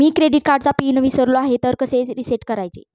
मी credit कार्डचा PIN विसरलो आहे तर कसे रीसेट करायचे?